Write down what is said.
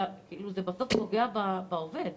בסוף זה פוגע בעובד.